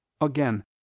Again